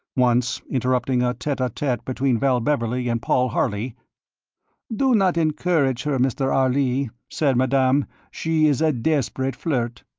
once, interrupting a tete-a-tete between val beverley and paul harley do not encourage her, mr. harley, said madame, she is a desperate flirt.